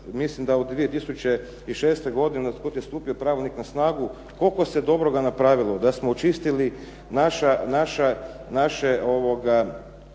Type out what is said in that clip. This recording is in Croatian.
mislim 2006. godine otkad je stupio Pravilnik na snagu, koliko se dobroga napravilo, da smo očistili naše